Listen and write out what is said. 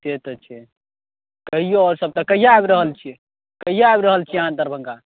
से तऽ छै कहिऔ आओर सब तऽ कहिआ आबि रहल छियै कहिआ आबि रहल छियै आहाँ दरभङ्गा